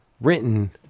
written